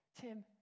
Tim